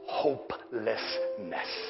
hopelessness